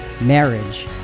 marriage